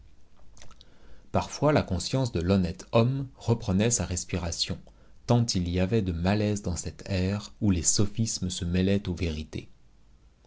parfois la conscience de l'honnête homme reprenait sa respiration tant il y avait de malaise dans cet air où les sophismes se mêlaient aux vérités